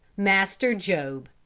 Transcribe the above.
master job,